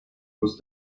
muss